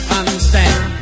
understand